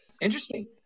Interesting